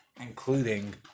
including